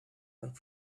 and